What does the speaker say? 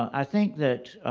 i think that